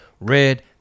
red